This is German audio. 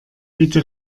bitte